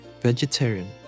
vegetarian